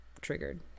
triggered